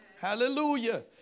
Hallelujah